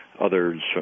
others